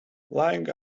laying